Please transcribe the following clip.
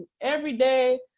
everyday